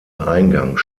eingang